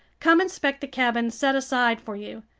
come inspect the cabin set aside for you.